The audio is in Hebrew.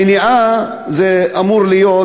המניעה אמורה להיות,